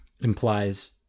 implies